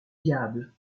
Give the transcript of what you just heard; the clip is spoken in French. diable